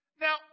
Now